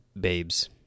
babes